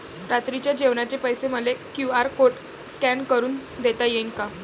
रात्रीच्या जेवणाचे पैसे मले क्यू.आर कोड स्कॅन करून देता येईन का?